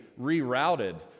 rerouted